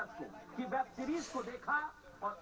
सोनार बिस्कुट लोग पुरना जमानात लीछीले